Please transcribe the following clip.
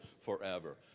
forever